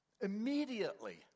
immediately